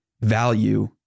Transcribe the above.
value